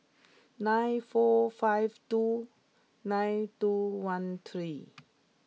nine four five two nine two one three